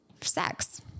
sex